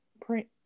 print